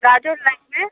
গাজর লাগবে